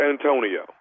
Antonio